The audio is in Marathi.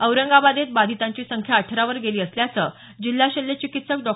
औरंगाबादेत बाधितांची संख्या अठरावर गेली असल्याचं जिल्हा शल्य चिकित्सक डॉ